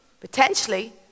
Potentially